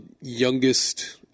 youngest